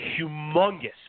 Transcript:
humongous